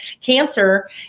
cancer